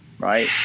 Right